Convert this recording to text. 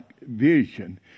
vision